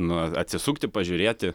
nu atsisukti pažiūrėti